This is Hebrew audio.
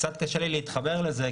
קצת קשה לי להתחבר לזה,